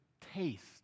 taste